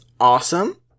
awesome